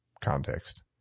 context